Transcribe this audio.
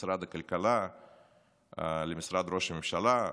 משרד הכלכלה ומשרד ראש הממשלה,